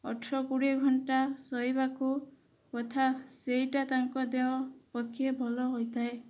ଅଠର କୋଡ଼ିଏ ଘଣ୍ଟା ଶୋଇବାକୁ କଥା ସେଇଟା ତାଙ୍କ ଦେହ ପକ୍ଷେ ଭଲ ହୋଇଥାଏ